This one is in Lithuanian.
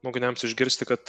mokiniams išgirsti kad